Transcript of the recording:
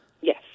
Yes